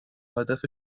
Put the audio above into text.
هدف